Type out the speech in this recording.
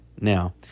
Now